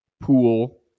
pool